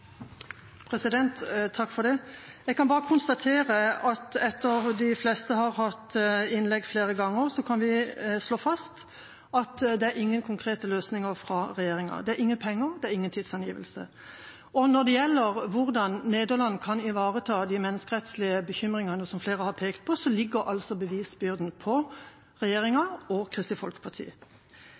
at de fleste har hatt innlegg flere ganger, kan vi slå fast at det er ingen konkrete løsninger fra regjeringa – det er ingen penger, det er ingen tidsangivelse – og når det gjelder hvordan Nederland kan ivareta de menneskerettslige bekymringene, som flere har pekt på, så ligger altså bevisbyrden på regjeringa og Kristelig Folkeparti.